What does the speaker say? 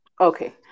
okay